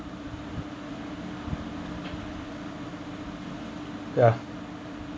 ya